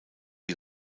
die